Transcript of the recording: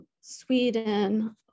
sweden